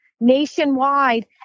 nationwide